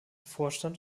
vorstand